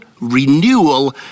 renewal